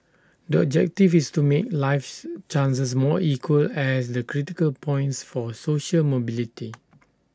the objective is to make lives chances more equal as the critical points for social mobility